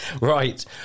Right